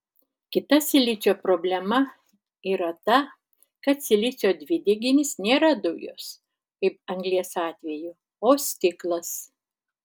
kita silicio problema yra ta kad silicio dvideginis nėra dujos kaip anglies atveju o stiklas